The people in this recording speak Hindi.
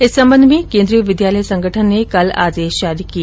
इस संबंध में केन्द्रीय विद्यालय संगठन ने कल आदेश जारी किए